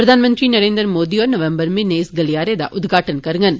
प्रधानमंत्री नरेन्द्र मोदी होर नवंबर म्हीनें इस गलियारे दा उद्घाटन करङन